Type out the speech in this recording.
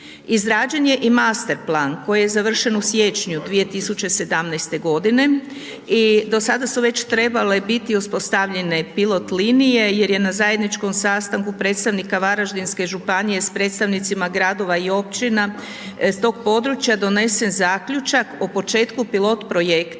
Izrađen je i master plan koji je završen u siječnju 2017. godine i do sada su već trebale biti uspostavljene pilot-linije jer je na zajedničkom sastanku predstavnika Varaždinske županije s predstavnicima gradova i općina s tog područja donesen Zaključak o početku pilot-projekta